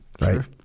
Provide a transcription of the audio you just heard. Right